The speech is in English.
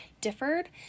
differed